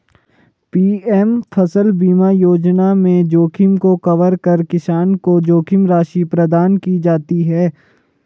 PM फसल बीमा योजना में जोखिम को कवर कर किसान को जोखिम राशि प्रदान की जाती है